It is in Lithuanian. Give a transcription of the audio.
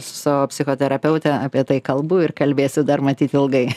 su psichoterapeute apie tai kalbu ir kalbėsiu dar matyt ilgai